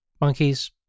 monkeys